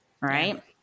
right